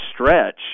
stretch